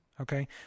okay